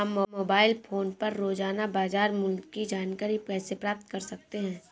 हम mobile phone पर रोजाना बाजार मूल्य की जानकारी कैसे प्राप्त कर सकते हैं?